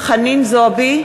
חנין זועבי,